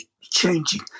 changing